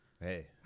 Hey